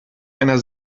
einer